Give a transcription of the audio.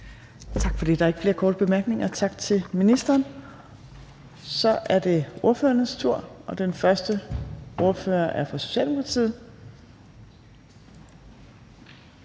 Der er ikke flere korte bemærkninger. Tak til ministeren. Så er det ordførernes tur, og den første ordfører er fra Socialdemokratiet.